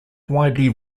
widely